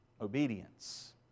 Obedience